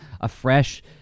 afresh